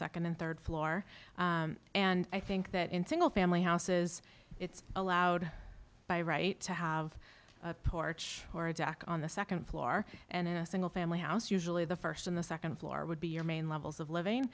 second and third floor and i think that in single family houses it's allowed by right to have a porch or a jack on the second floor and in a single family house usually the first in the second floor would be your main levels of living